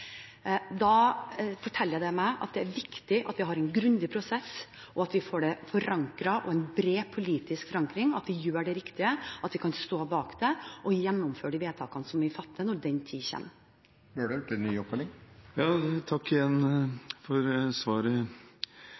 Det forteller meg at det er viktig at vi har en grundig prosess, at det får en bred politisk forankring, at vi gjør det riktige, at vi kan stå bak det og kan gjennomføre de vedtakene som vi fatter, når den tid kommer. Igjen takk for svaret.